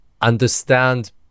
understand